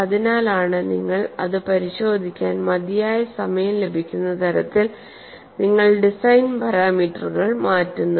അതിനാലാണ് നിങ്ങൾ അത് പരിശോധിക്കാൻ മതിയായ സമയം ലഭിക്കുന്ന തരത്തിൽ നിങ്ങൾ ഡിസൈൻ പാരാമീറ്ററുകൾ മാറ്റുന്നത്